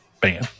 Bam